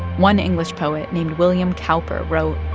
one english poet named william kowper wrote,